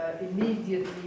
immediately